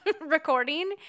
recording